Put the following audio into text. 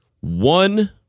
One